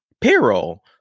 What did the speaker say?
payroll